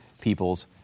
people's